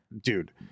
Dude